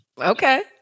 Okay